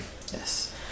Yes